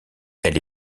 elle